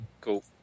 Cool